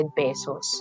pesos